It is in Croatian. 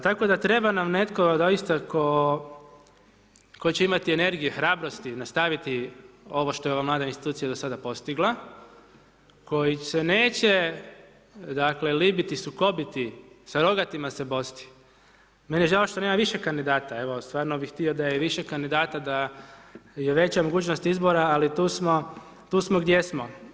Tako da treba nam netko doista tko, tko će imati energije, hrabrosti nastaviti ovo što je ova mlada institucija postigla koji se neće dakle libiti sukobiti sa rogatima se bosti, meni je žao što nema više kandidata, evo bi stvarno bi htio da je više kandidata da je veća mogućnost izbora ali tu smo, gdje smo.